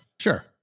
sure